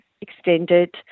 extended